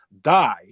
die